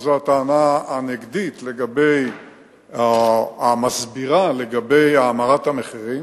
זו הטענה הנגדית, המסבירה לגבי האמרת המחירים.